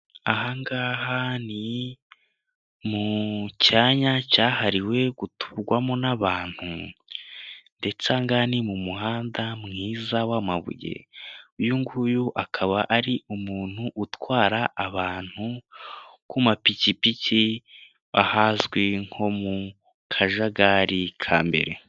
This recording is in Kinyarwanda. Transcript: Ahangaha ni mu cyanya cyahariwe guturwamo n'abantu, ndetse ahangaha ni mu muhanda mwiza w'amaguru, uyunguyu akaba ari umuntu utwara abantu ku mapikipiki, ahazwi nko mu kajagari ka mbere.